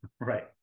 Right